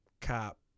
Cop